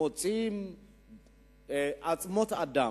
מוציאים עצמות אדם,